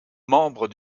membre